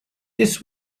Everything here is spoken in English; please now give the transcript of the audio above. this